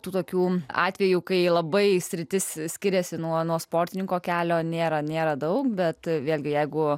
tokių atvejų kai labai sritis skiriasi nuo sportininko kelio nėra nėra daug bet vėlgi jeigu